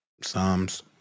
Psalms